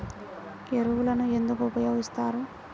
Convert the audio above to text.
ఎరువులను ఎందుకు ఉపయోగిస్తారు?